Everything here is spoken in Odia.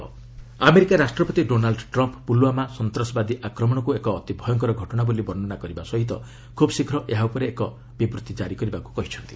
ପୁଲ୍ୱାମା ଟ୍ରମ୍ପ୍ ଆମେରିକା ରାଷ୍ଟ୍ରପତି ଡୋନାଲ୍ ଟ୍ରମ୍ପ୍ ପୁଲୱାମା ସନ୍ତାସବାଦୀ ଆକ୍ରମଣକୁ ଏକ ଅତି ଭୟଙ୍କର ଘଟଣା ବୋଲି ବର୍ଷନା କରିବା ସହିତ ଖୁବ୍ ଶୀଘ୍ର ଏହା ଉପରେ ସେ ଏକ ବିବୃତ୍ତି କାରି କରିବାକୁ କହିଛନ୍ତି